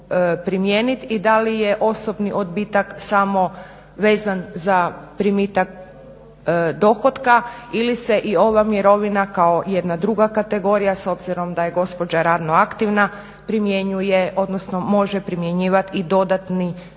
primijeniti i da li je osobni odbitak samo vezan za primitak dohotka ili se i ova mirovina kao jedna druga kategorija s obzirom da je gospođa radno aktivna primjenjuje odnosno može primjenjivati i dodatni